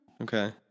Okay